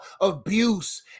abuse